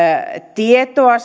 tietoa